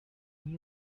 new